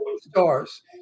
Stars